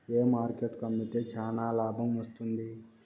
ఏ market కు అమ్మితే చానా లాభం వస్తుంది?